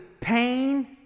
pain